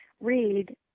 read